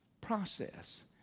process